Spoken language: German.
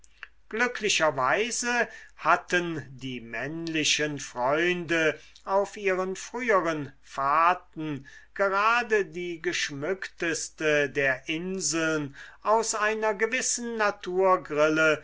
glücklicherweise hatten die männlichen freunde auf ihren früheren fahrten gerade die geschmückteste der inseln aus einer gewissen